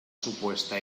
supuesta